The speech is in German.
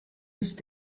ist